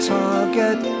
Target